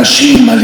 ושוב,